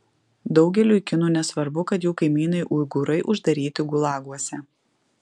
daugeliui kinų nesvarbu kad jų kaimynai uigūrai uždaryti gulaguose